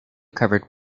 covered